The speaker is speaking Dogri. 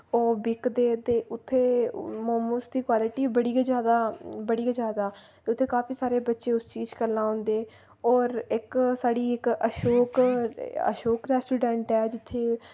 ओह् बिकदे ते उत्थै मोमोस दी क्वालिटी बड़ी गै ज्यादा बड़ी गै ज्यादा उत्थै काफी सारे बच्चे उस चीज गल्ला औंदे और इक साढ़ी इक अशोक अशोक रैस्टोरैन्ट ऐ जित्थै